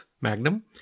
Magnum